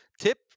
Tip